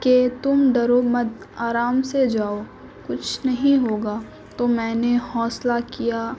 کہ تم ڈرو مت آرام سے جاؤ کچھ نہیں ہوگا تو میں نے حوصلہ کیا